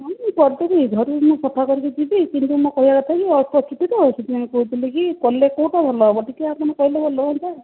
ହଁ ସେହି କରିଦେବି ଘରୁ ସେହିଦିନ ସଫା କରିକି ଯିବି କିନ୍ତୁ ମୋ କହିବା କଥାକି ମୋର ଅଳ୍ପ ଚୁଟି ତ ସେଥିପାଇଁ କହୁଥିଲି କଲେ କେଉଁଟା ଭଲ ହେବ ଟିକେ ଆପଣ କହିଲେ ଭଲ ହୁଅନ୍ତା